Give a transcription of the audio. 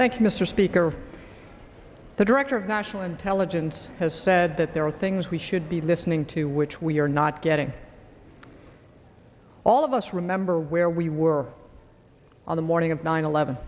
you mr speaker the director of national intelligence has said that there are things we should be listening to which we are not getting all of us remember where we were on the morning of nine eleven